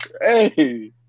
Hey